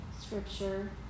scripture